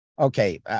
Okay